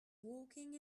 walking